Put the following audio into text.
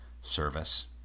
service